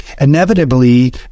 inevitably